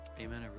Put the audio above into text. Amen